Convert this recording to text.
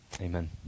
Amen